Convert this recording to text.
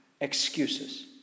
Excuses